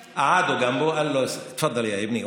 הושיב אותו לצידו ואמר לו: בבקשה בני,